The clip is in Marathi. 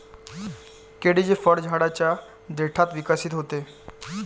केळीचे फळ झाडाच्या देठात विकसित होते